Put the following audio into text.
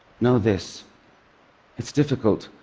know this it's difficult,